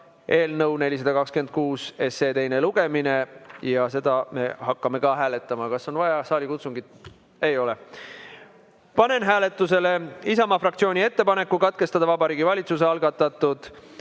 eelnõu 426 teine lugemine ja seda me hakkame hääletama. Kas on vaja saalikutsungit? Ei ole. Panen hääletusele Isamaa fraktsiooni ettepaneku katkestada Vabariigi Valitsuse algatatud